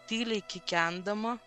tyliai kikendama